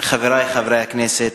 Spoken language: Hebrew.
אדוני היושב-ראש, חברי חברי הכנסת,